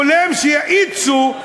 חולם שיאיצו,